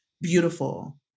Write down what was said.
beautiful